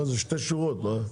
מה, זה שתי שורות, מה?